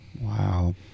wow